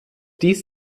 dies